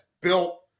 built